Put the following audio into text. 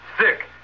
sick